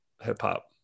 hip-hop